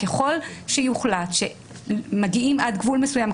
ככל שיוחלט שמגיעים עד גבול מסוים,